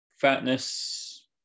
fatness